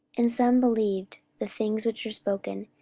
and some believed the things which were spoken,